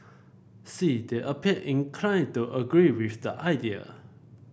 see they appear inclined to agree with the idea